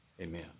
amen